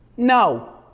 no.